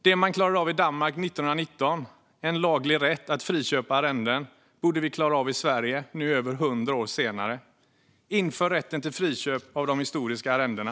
Det man klarade av att införa i Danmark 1919, en laglig rätt att friköpa arrenden, borde vi klara av att införa i Sverige nu mer än 100 år senare. Inför rätten till friköp av de historiska arrendena!